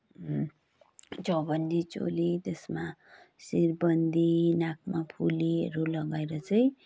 चौबन्दी चोली त्यसमा सिरबन्दी नाकमा फुलीहरू लगाएर चाहिँ